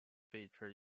feature